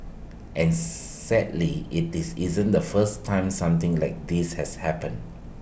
and sadly is this isn't the first time something like this has happened